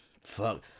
fuck